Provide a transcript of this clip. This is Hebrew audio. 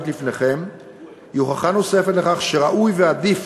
לפניכם היא הוכחה נוספת לכך שראוי ועדיף